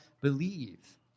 believe